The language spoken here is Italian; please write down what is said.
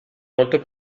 molto